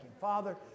Father